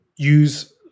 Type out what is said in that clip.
use